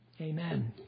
Amen